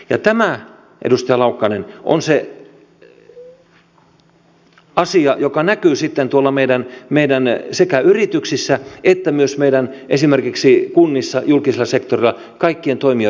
ja tämä edustaja laukkanen on se asia joka näkyy sitten sekä tuolla meidän yrityksissä että myös esimerkiksi meidän kunnissa julkisella sektorilla kaikkien toimijoiden kesken